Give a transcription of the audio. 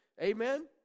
Amen